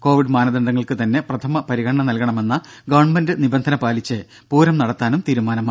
Covid മാനദണ്ഡങ്ങൾക്കു തന്നെ പ്രഥമ പരിഗണന നൽകണമെന്ന ഗവൺമെന്റ് നിബന്ധന പാലിച്ച് പൂരം നടത്താനും തീരുമാനമായി